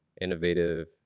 innovative